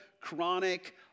chronic